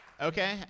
Okay